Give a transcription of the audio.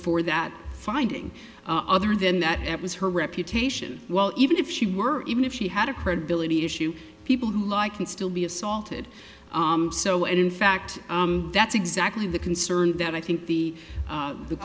for that finding other than that it was her reputation well even if she were even if she had a credibility issue people who lie can still be assaulted so and in fact that's exactly the concern that i think the that the